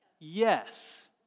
Yes